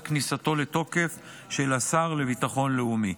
כניסתו לתוקף של הצו של השר לביטחון לאומי.